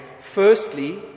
firstly